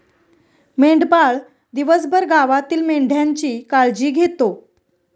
मेंढपाळ दिवसभर गावातील मेंढ्यांची काळजी घेतो